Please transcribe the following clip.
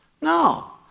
No